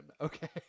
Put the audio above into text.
okay